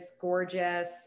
gorgeous